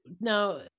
Now